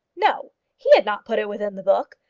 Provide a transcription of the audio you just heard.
no! he had not put it within the book.